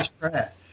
Pratt